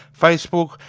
facebook